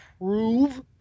prove